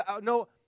no